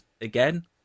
again